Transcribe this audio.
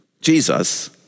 Jesus